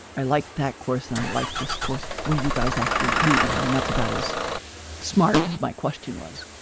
i like that course. i like this course. what do you guys actually do? i mean, that's about as smart as my question was,